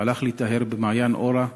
שהלך להיטהר במעיין אורה,